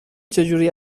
چجوری